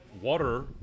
water